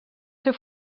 ser